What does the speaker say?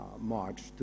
March